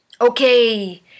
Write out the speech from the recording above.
Okay